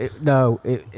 No